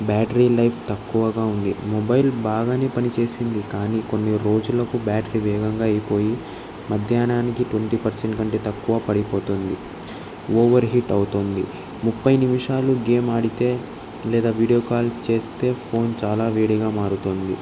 battery life తక్కువగా ఉంది mobile బాగానే పనిచేసింది కానీ కొన్ని రోజులకు బ్యాటరీ వేగంగా అయిపోయి మధ్యాహ్నానికి ట్వంటీ పర్సెంట్ కంటే తక్కువ పడిపోతుంది ఓవర్ హీట్ అవుతుంది ముప్పై నిమిషాలు గేమ్ ఆడితే లేదా వీడియో కాల్ చేస్తే ఫోన్ చాలా వేడిగా మారుతుంది